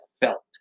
felt